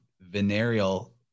venereal